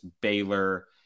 Baylor